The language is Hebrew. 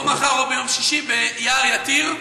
או מחר או ביום שישי, ביער יתיר.